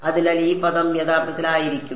അതിനാൽ ഈ പദം യഥാർത്ഥത്തിൽ ആയിരിക്കും